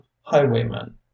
highwaymen